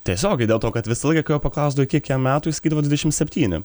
tiesiogiai dėl to kad visą laiką kai jo paklausdavai kiek jam metų jis sakydavo dvidešim septyni